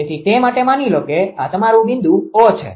તેથી તે માટે માની લો કે આ તમારૂ બિંદુ O છે